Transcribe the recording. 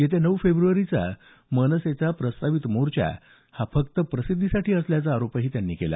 येत्या नऊ फेब्रवारीचा मनसेचा प्रस्तावित मोर्चा हा केवळ प्रसिद्धीसाठी असल्याचा आरोपही त्यांनी यावेळी केला